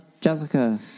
Jessica